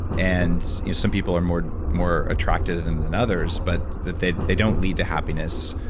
and some people are more more attracted than than others, but they they don't lead to happiness.